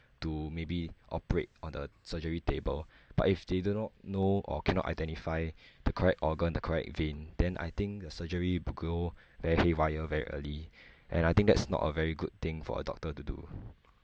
to maybe operate on the surgery table but if they do not know or cannot identify the correct organ the correct vein then I think the surgery will go very haywire very early and I think that's not a very good thing for a doctor to do